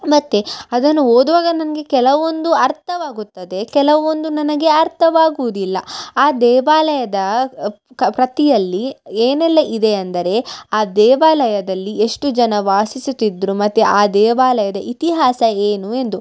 ಮತ್ತು ಅದನ್ನು ಓದುವಾಗ ನನಗೆ ಕೆಲವೊಂದು ಅರ್ಥವಾಗುತ್ತದೆ ಕೆಲವೊಂದು ನನಗೆ ಅರ್ಥವಾಗುವುದಿಲ್ಲ ಆ ದೇವಾಲಯದ ಕ ಪ್ರತಿಯಲ್ಲಿ ಏನೆಲ್ಲ ಇದೆ ಅಂದರೆ ಆ ದೇವಾಲಯದಲ್ಲಿ ಎಷ್ಟು ಜನ ವಾಸಿಸುತ್ತಿದ್ರು ಮತ್ತು ಆ ದೇವಾಲಯದ ಇತಿಹಾಸ ಏನು ಎಂದು